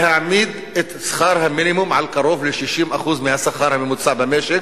להעמיד את שכר המינימום על קרוב ל-60% מהשכר הממוצע במשק,